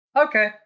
Okay